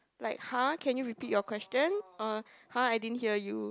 like !huh! can you repeat your question uh !huh! I didn't hear you